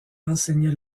enseignait